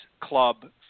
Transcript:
club